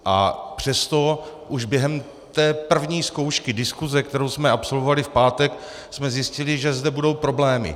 A přesto už během té první zkoušky diskuse, kterou jsme absolvovali v pátek, jsme zjistili, že zde budou problémy.